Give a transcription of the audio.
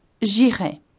J'irai